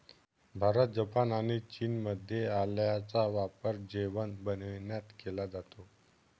Bharat, Japan आणि चीनमध्ये आल्याचा वापर जेवण बनविण्यात केला जातो